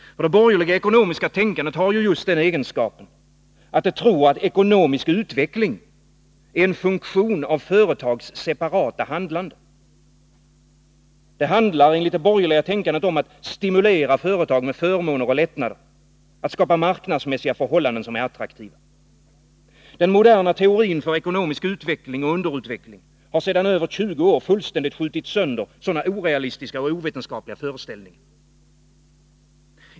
Det borgerliga ekonomiska tänkandet har ju just den egenskapen att det tror att ekonomisk utveckling är en funktion av företags separata handlande. Det handlar enligt det borgerliga tänkandet om att stimulera företag med förmåner och lättnader, att skapa marknadsmässiga förhållanden som är attraktiva. Den moderna teorin för ekonomisk utveckling och underutveckling har sedan över 20 år fullständigt skjutit sönder sådana orealistiska och ovetenskapliga föreställningar.